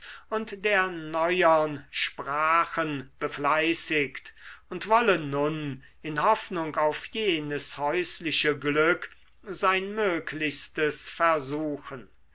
und der neuern sprachen befleißigt und wolle nun in hoffnung auf jenes häusliche glück sein möglichstes versuchen